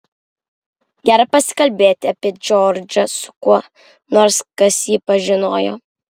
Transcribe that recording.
gera pasikalbėti apie džordžą su kuo nors kas jį pažinojo